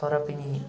तर पनि